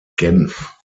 genf